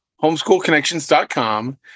homeschoolconnections.com